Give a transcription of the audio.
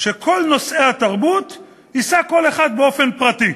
שבכל נושאי התרבות יישא כל אחד באופן פרטי.